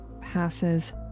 passes